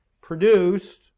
produced